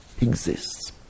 exists